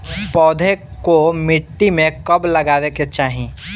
पौधे को मिट्टी में कब लगावे के चाही?